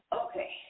okay